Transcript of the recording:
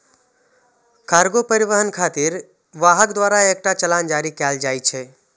cargo परिवहन खातिर वाहक द्वारा एकटा चालान जारी कैल जाइ छै